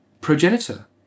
progenitor